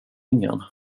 ingen